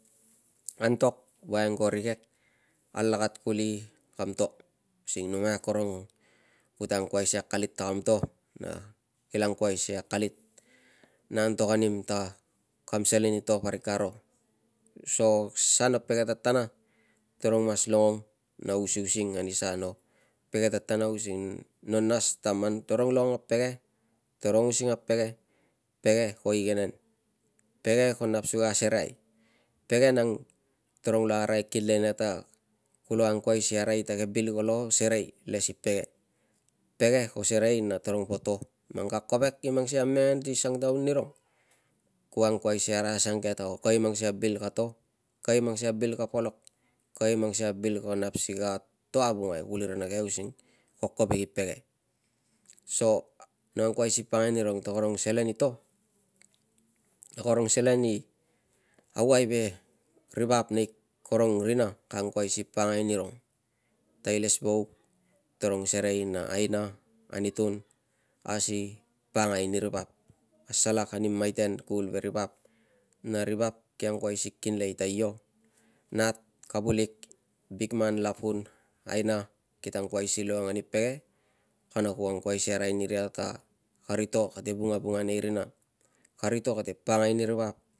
Antok voiang ko rikek alakat kuli kam to using numai akorong kuta angkuai si akalit ta kam to na kila angkuai si akalit na antok anim ta kam selen i to parik ka ro. So sa no pege tatana tarong mas longong na usiusing ani sa no pege tatana using no nas ta man tarong longong a pege, tarong using a pege, pege ko igenen, pege ko nap si ka asereai, pege nang tarong lo arai kinle nia ta- kulo angkuai si arai ta ke bil kolo serei le si pege, pege ko serei na tarong po to, man ka kovek i mang sikei a mengen si sang taun irong kuo angkoai si arai asange ta ko kovek i mang sikei a bil ka to, kovek i mang sikei a bil ka polok, kovek i mang sikei a bil ko nap si ka to avunga e kulirina ke using ko kovek i pege so, no angkuai si pakangai nirong ta karong selen i to na karong selen i auai ve ri vap nei karong rina ko angkuai si pakangai nirong ta ilesvauk tarong serei na- aina, anitun asi pakangai ani ri vap, asalak ani maiten kuvul veri vap na ri vap ki angkuai si kinlei ta io, nat, kavulik, bikman, lapun, aina kita angkuai si longong ani pege kana ku angkoai si arai niria ta kari to kate vungavunga nei rina, kari to kate pakangai ni ri vap